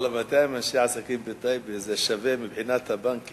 אבל 200 אנשי העסקים בטייבה זה שווה מבחינת הבנק,